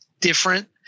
different